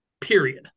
period